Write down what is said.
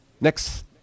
next